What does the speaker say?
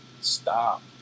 stop